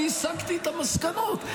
אני הסקתי את המסקנות.